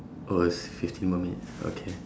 oh si~ fifteen more minutes okay